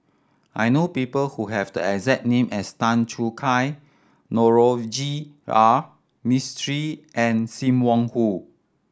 I know people who have the exact name as Tan Choo Kai Navroji R Mistri and Sim Wong Hoo